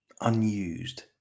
unused